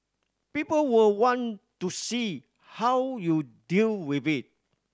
people will want to see how you deal with it